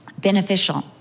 beneficial